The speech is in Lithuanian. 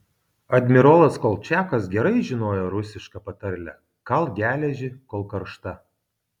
admirolas kolčiakas gerai žinojo rusišką patarlę kalk geležį kol karšta